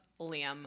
Liam